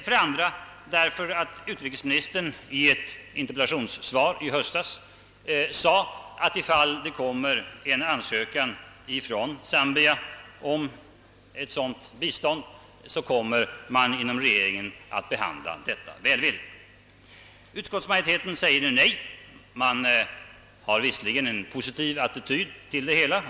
För det andra därför att utrikesministern i ett interpellationssvar 1 höstas sade att man, ifall det kommer en ansökan ifrån Zambia om ett sådant bistånd, inom regeringen kommer att behandla detta välvilligt. Utskottet säger nu nej, även det har :en positiv attityd till det hela.